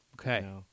Okay